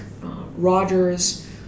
Rogers